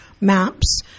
maps